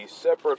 separate